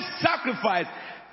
sacrifice